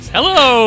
Hello